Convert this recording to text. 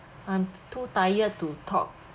I'm too tired to talk